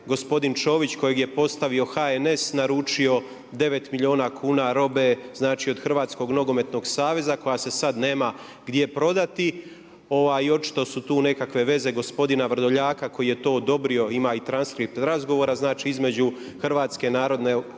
gospodin Ćović kojeg je postavio HNS naručio 9 milijuna kuna robe znači od Hrvatskog nogometnog saveza koja se sada nema gdje prodati i očito su tu nekakve veze gospodina Vrdoljaka koji je to odobrio a ima i transkript razgovora, znači između Hrvatske narodne